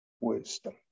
wisdom